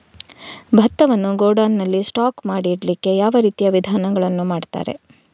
ಭತ್ತವನ್ನು ಗೋಡೌನ್ ನಲ್ಲಿ ಸ್ಟಾಕ್ ಮಾಡಿ ಇಡ್ಲಿಕ್ಕೆ ಯಾವ ರೀತಿಯ ವಿಧಾನಗಳನ್ನು ಮಾಡ್ತಾರೆ?